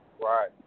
Right